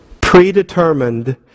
predetermined